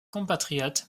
compatriote